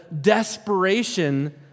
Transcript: desperation